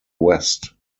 west